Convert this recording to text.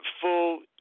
full